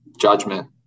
Judgment